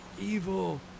evil